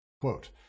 Quote